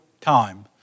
time